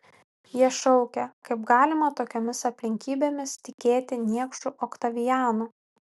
jie šaukė kaip galima tokiomis aplinkybėmis tikėti niekšu oktavianu